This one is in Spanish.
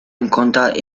encontrar